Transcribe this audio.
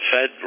Fed